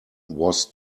was